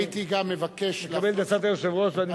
אני מקבל את הצעת היושב-ראש ואני מסכים לכך.